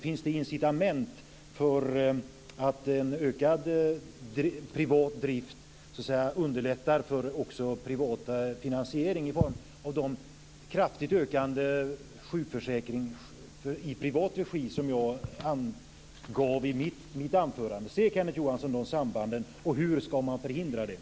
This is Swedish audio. Finns det incitament för att en ökad privat drift underlättar privat finansiering, som jag angav i mitt anförande? Ser Kenneth Johansson sådana samband, och hur ska en sådan utveckling förhindras?